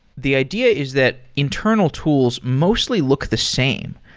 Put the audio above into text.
the idea is that internal tools mostly look the same.